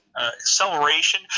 acceleration